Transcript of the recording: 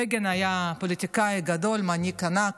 בגין היה פוליטיקאי גדול, מנהיג ענק,